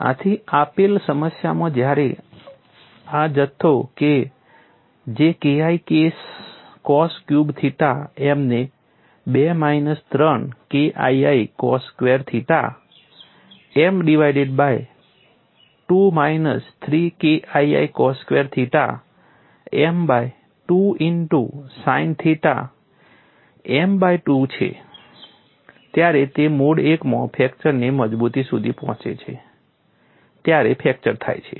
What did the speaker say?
આથી આપેલ સમસ્યામાં જ્યારે આ જથ્થો કે જે KI cos cube theta m ને 2 minus 3 KII cos square theta m divided by 2 minus 3 KII cos square theta m by 2 into sine theta m by 2 છે ત્યારે તે મોડ I માં ફ્રેક્ચરની મજબૂતી સુધી પહોંચે છે ત્યારે ફ્રેક્ચર થાય છે